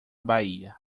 baía